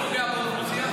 באוכלוסייה?